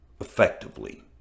effectively